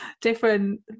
different